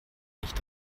nicht